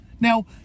Now